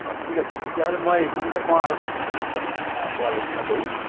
অঁ ঠিক আছে তেতিয়াহ'লে মই এইখিনিকে কওঁ আৰু বাকীখিনি পিছত আকৌ আলোচনা কৰিম